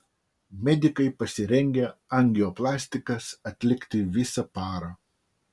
medikai pasirengę angioplastikas atlikti visą parą